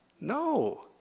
No